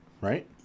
right